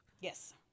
Yes